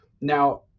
Now